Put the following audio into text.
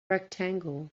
rectangle